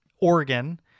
Oregon